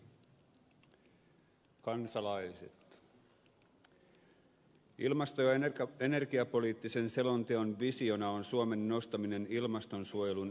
ilmasto ja energiapoliittisen selonteon visiona on suomen nostaminen ilmastonsuojelun edelläkävijämaaksi